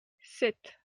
sept